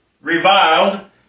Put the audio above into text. reviled